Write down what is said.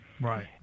Right